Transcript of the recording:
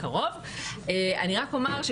רק אומר,